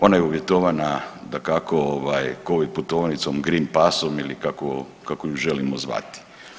Ona je uvjetovana dakako ovaj covid putovnicom, green passom ili kako, kako ju želimo zvati.